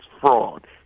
fraud